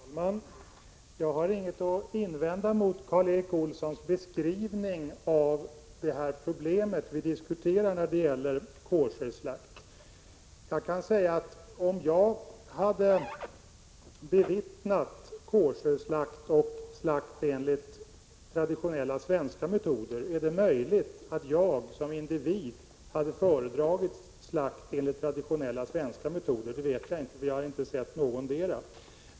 Herr talman! Jag har inget att invända mot Karl Erik Olssons beskrivning av problemet när det gäller koscherslakten. Om jag hade bevittnat koscherslakt och slakt enligt traditionella svenska metoder, är det möjligt att jag som individ hade föredragit slakt enligt traditionella svenska metoder — jag vet inte, eftersom jag inte har sett någondera.